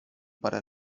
parę